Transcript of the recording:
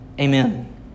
Amen